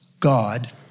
God